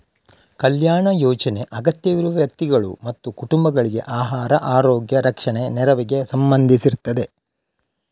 ಕಲ್ಯಾಣ ಯೋಜನೆ ಅಗತ್ಯವಿರುವ ವ್ಯಕ್ತಿಗಳು ಮತ್ತು ಕುಟುಂಬಗಳಿಗೆ ಆಹಾರ, ಆರೋಗ್ಯ, ರಕ್ಷಣೆ ನೆರವಿಗೆ ಸಂಬಂಧಿಸಿರ್ತದೆ